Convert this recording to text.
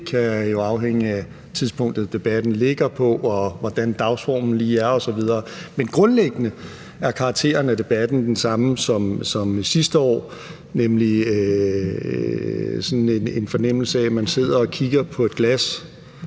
det kan jo afhænge af tidspunktet, debatten ligger på, og hvordan dagsformen lige er osv. Men grundlæggende er karakteren af debatten den samme som sidste år, hvor man har en fornemmelse af, at man sidder og kigger på et glas,